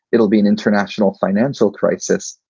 it'll be an international financial crisis.